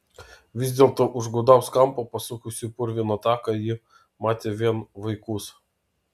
vis dėlto už gūdaus kampo pasukusi į purviną taką ji matė vien vaikus